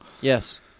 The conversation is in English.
Yes